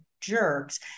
jerks